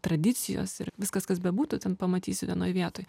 tradicijos ir viskas kas bebūtų ten pamatysi vienoj vietoj